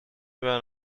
were